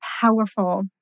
powerful